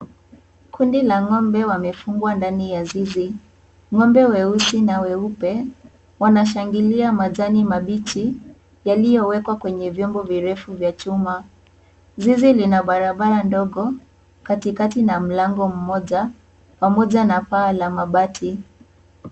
Kundi la ng'ombe wamefungwa ndani ya zizi. Ng'ombe weusi na weupe wanashangilia majani mabichi yaliyowekwa kwenye vyombo virefu vya chuma. Zizi lina barabara ndogo katikati na mlango mmoja pamoja na paa la mabati.